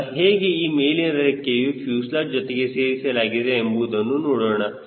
ಈಗ ಹೇಗೆ ಈ ಮೇಲಿನ ರೆಕ್ಕೆಯನ್ನು ಫ್ಯೂಸೆಲಾಜ್ ಜೊತೆಗೆ ಸೇರಿಸಲಾಗುತ್ತದೆ ಎಂಬುದನ್ನು ನೋಡೋಣ